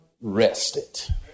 rested